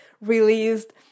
released